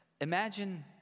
Imagine